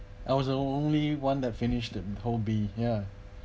I was the only one that finish the whole bee ya